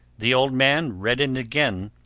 the old man reddened again.